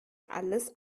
alles